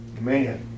man